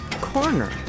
corner